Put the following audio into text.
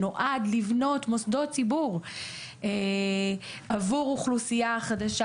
שנועד לבנות מוסדות ציבור עבור אוכלוסייה חדשה,